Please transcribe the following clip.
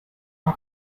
our